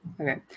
Okay